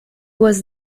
was